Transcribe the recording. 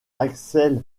axel